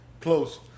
close